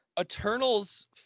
Eternals